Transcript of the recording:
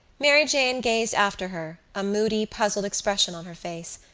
mary jane gazed after her, a moody puzzled expression on her face,